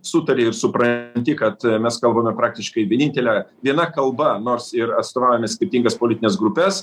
sutari ir supranti kad mes kalbame praktiškai vienintele viena kalba nors ir atstovaujame skirtingas politines grupes